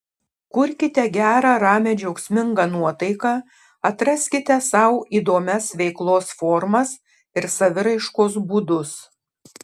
kurkite gerą ramią džiaugsmingą nuotaiką atraskite sau įdomias veiklos formas ir saviraiškos būdus